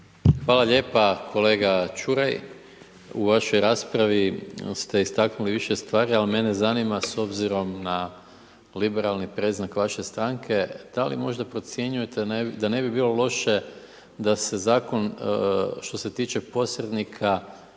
Hvala lijepa. Kolega Čuraj, u vašoj raspravi ste istaknuli više stvari ali mene zanima s obzirom na liberalni predznak vaše stranke, da li može procjenjujete da ne bi bilo loše da se zakon što se tiče posrednika